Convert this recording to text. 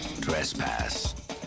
Trespass